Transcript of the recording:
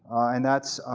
and that's